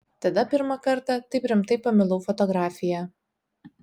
tada pirmą kartą taip rimtai pamilau fotografiją